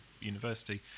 university